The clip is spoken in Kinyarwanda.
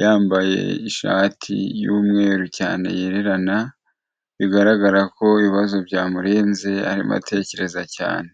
yambaye ishati y'umweru cyane yererana, bigaragara ko ibibazo byamurenze, arimo atekereza cyane.